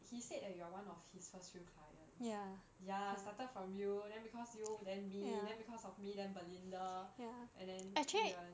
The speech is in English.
he said that you are one of his first few clients ya started from you then because you then me then because of me then belinda and then yi ren